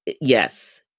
Yes